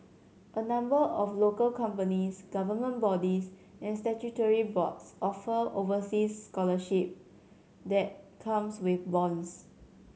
a number of local companies government bodies and statutory boards offer overseas scholarship that comes with bonds